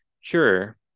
sure